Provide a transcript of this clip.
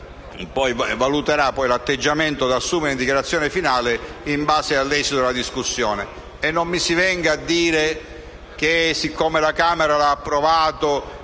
Gruppo valuterà l'atteggiamento da assumere in dichiarazione di voto finale in base all'esito della discussione. E non mi si venga a dire che, siccome la Camera l'ha approvato,